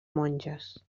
monges